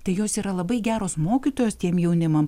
tai jos yra labai geros mokytojos tiem jaunimam